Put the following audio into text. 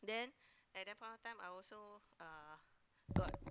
then at that point of time I also uh